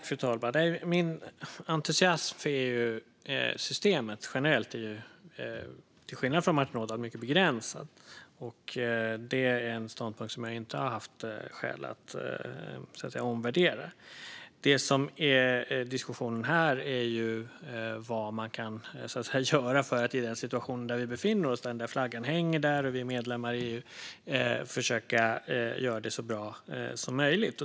Fru talman! Min entusiasm för EU-systemet generellt är, till skillnad från Martin Ådahls, mycket begränsad. Det är en ståndpunkt som jag inte har haft skäl att omvärdera. Det som är diskussionen här är ju vad man kan göra för att i den situation där vi befinner oss, där flaggan hänger här i kammaren och Sverige är medlem i EU, försöka göra det så bra som möjligt.